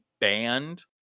banned